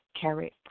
Carrot